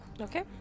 Okay